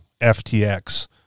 FTX